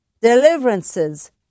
deliverances